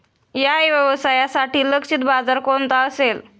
या व्यवसायासाठी लक्षित बाजार कोणता असेल?